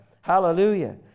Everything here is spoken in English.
Hallelujah